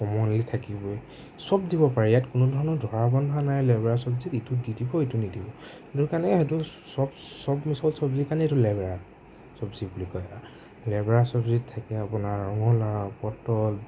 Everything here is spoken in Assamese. কমন ই থাকিবই চব দিব পাৰি ইয়াত কোনোধৰণৰ ধৰা বন্ধা নাই লেবেৰা চব্জিত ইটো দি দিব ইটো নিদিব সেইটো কাৰণে এইটো চব চব মিচল চব্জি কাৰণে এইটো লেবেৰা চব্জি বুলি কোৱা হয় লেবেৰা চব্জি ঠেকেৰা আপোনাৰ ৰঙালাও পটল